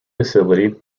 facility